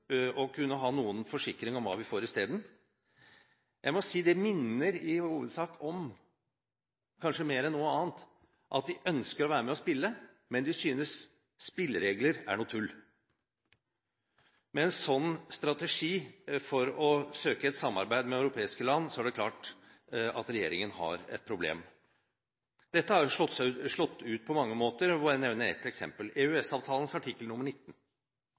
å kunne ha noen forsikring om hva vi får i stedet. Jeg må si det i hovedsak minner om – kanskje mer enn noe annet – at de ønsker å være med og spille, men de synes spilleregler er noe tull. Med en slik strategi for å søke et samarbeid med europeiske land er det klart at regjeringen har et problem. Dette har slått ut på mange måter, jeg vil bare nevne ett eksempel: EØS-avtalens artikkel 19.